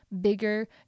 bigger